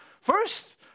First